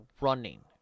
running